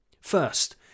First